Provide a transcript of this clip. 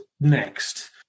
next